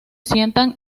sientan